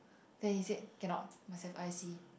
then he say cannot must have i_c